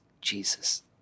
Jesus